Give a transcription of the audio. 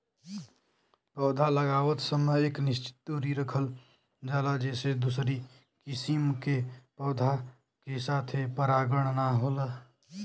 पौधा लगावत समय एक निश्चित दुरी रखल जाला जेसे दूसरी किसिम के पौधा के साथे परागण ना होला